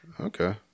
Okay